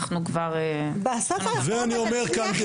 אנחנו כבר --- ואני אומר כאן,